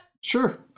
Sure